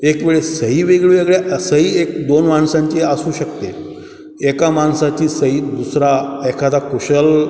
एक वेळेस सही वेगवेगळ्या सही एक दोन माणसांची असू शकते एका माणसाची सही दुसरा एखादा कुशल